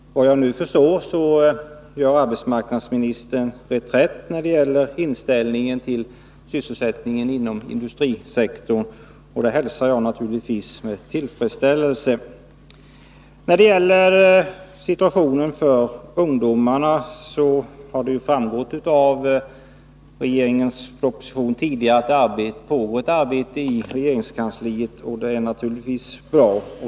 Efter vad jag nu förstår gör arbetsmarknadsministern reträtt när det gäller inställningen till sysselsättningen inom industrisektorn, och det hälsar jag naturligtvis med tillfredsställelse. När det gäller situationen för ungdomarna har det framkommit av regeringens proposition tidigare att ett arbete pågår i regeringskansliet. Det är naturligtvis bra.